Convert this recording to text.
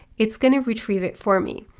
it's going to retrieve it for me.